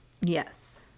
yes